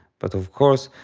but of course,